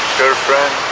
girlfriend